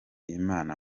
imana